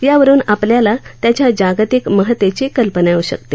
यावरून आपल्याला त्याच्या जागतिक महत्तेची कल्पना येऊ शकते